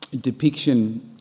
depiction